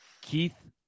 Keith